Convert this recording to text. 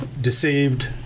deceived